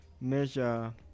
measure